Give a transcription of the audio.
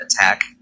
attack